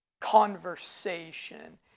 conversation